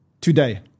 today